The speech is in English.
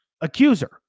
accuser